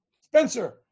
Spencer